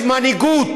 ישראליים.